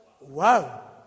Wow